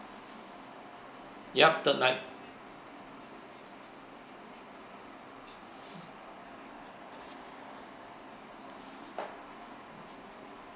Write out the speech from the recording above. yup third night